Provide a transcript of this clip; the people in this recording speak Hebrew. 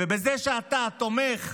ובזה שאתה תומך,